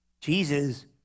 Jesus